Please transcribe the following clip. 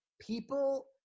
people